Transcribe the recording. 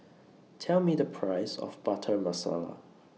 Tell Me The Price of Butter Masala